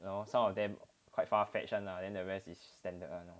you know some of them quite far fetched [one] lah then the rest is standard [one] lah